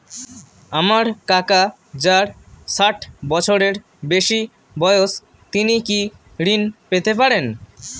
আমার কাকা যার ষাঠ বছরের বেশি বয়স তিনি কি ঋন পেতে পারেন?